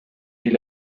est